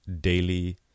Daily